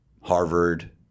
Harvard